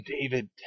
David